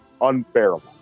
unbearable